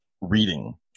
reading